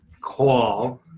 Call